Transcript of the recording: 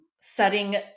setting